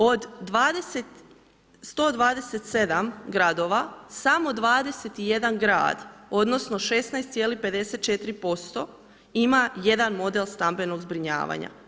Od 127 gradova samo 21 grad odnosno 16,54% ima jedan model stambenog zbrinjavanja.